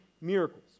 miracles